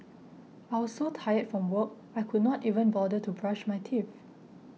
I was so tired from work I could not even bother to brush my teeth